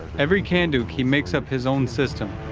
every kanduk, he makes up his own system,